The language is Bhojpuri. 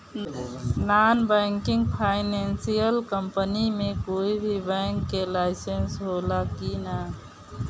नॉन बैंकिंग फाइनेंशियल कम्पनी मे कोई भी बैंक के लाइसेन्स हो ला कि ना?